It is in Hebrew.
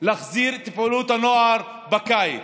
להחזיר את פעילות הנוער בקיץ.